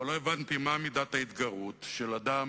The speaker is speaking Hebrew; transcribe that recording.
אבל לא הבנתי מה מידת ההתגרות של אדם